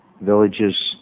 villages